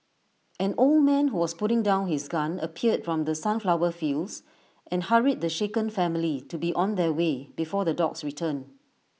an old man who was putting down his gun appeared from the sunflower fields and hurried the shaken family to be on their way before the dogs return